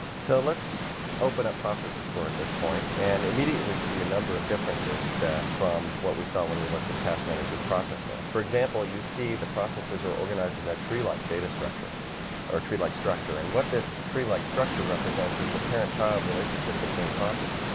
so let's open up process explorer at this point and immediately see a number of differences that from what we saw when we looked at task managers process lists, for example you see the processes are organized in that tree like data structure or tree like structure and what this tree like structure represents is the parent-child relationship between processes